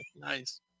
Nice